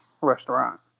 restaurant